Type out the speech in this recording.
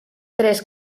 tres